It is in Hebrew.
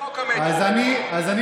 אז אתה